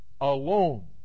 alone